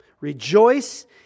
Rejoice